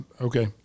Okay